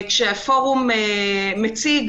הפורום מציג